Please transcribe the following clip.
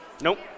Nope